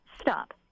Stop